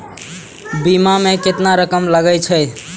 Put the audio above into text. बीमा में केतना रकम लगे छै?